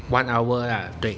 one hour lah 对